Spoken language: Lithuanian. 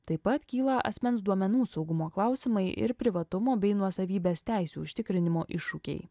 taip pat kyla asmens duomenų saugumo klausimai ir privatumo bei nuosavybės teisių užtikrinimo iššūkiai